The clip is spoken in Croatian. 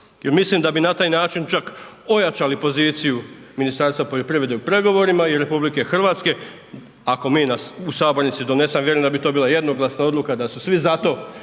mislim da bi na taj način čak ojačali poziciju Ministarstva poljoprivrede u pregovorima i RH ako mi nas u sabornici donesemo, vjerujem da bi to bila jednoglasna odluka da su svi za to,